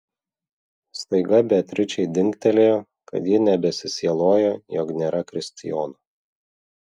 staiga beatričei dingtelėjo kad ji nebesisieloja jog nėra kristijono